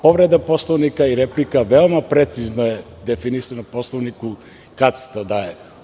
Povreda Poslovnika i replika su veoma precizno definisane Poslovnikom, kada se to daje.